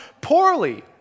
poorly